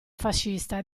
fascista